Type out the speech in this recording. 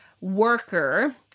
worker